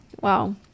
Wow